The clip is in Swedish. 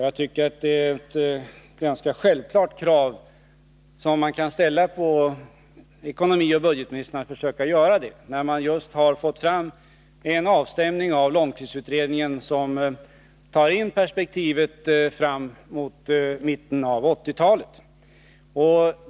Jag tycker att det är ett ganska självklart krav som man kan ställa på ekonomioch budgetministern att han försöker göra det när man just fått in en avstämning av långtidsutredningen, som tar in perspektivet fram emot mitten av 1980-talet.